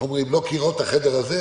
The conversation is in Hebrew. לא קירות החדר הזה,